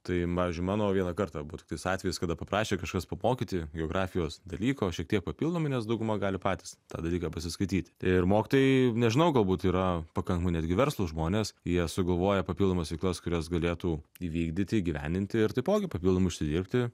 tai pavyzdžiui mano vieną kartą buvo tiktais atvejis kada paprašė kažkas pamokyti geografijos dalyko šiek tiek papildomai nes dauguma gali patys tą dalyką pasiskaityti ir mokytojai nežinau galbūt yra pakankamai netgi verslūs žmonės jie sugalvoja papildomas veiklas kurias galėtų įvykdyti įgyvendinti ir taipogi papildomai užsidirbti